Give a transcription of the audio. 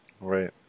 Right